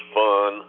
fun